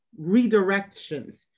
redirections